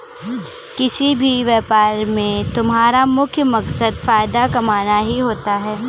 किसी भी व्यापार में तुम्हारा मुख्य मकसद फायदा कमाना ही होता है